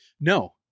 No